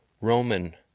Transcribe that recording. Roman